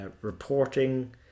reporting